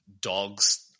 dogs